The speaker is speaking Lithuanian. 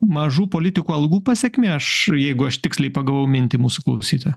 mažų politikų algų pasekmė aš jeigu aš tiksliai pagavau mintį mūsų klausytojo